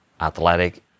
athletic